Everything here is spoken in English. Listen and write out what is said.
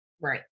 right